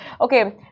Okay